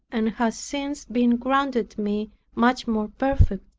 and has since been granted me much more perfectly.